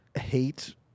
hate